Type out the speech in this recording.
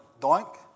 doink